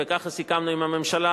וככה סיכמנו עם הממשלה,